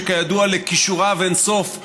שכידוע לכישוריו אין סוף,